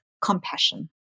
compassion